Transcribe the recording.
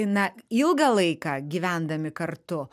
na ilgą laiką gyvendami kartu